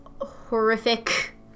horrific